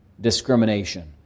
discrimination